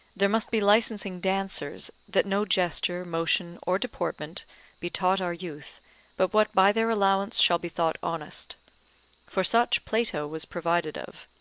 there must be licensing dancers, that no gesture, motion, or deportment be taught our youth but what by their allowance shall be thought honest for such plato was provided of.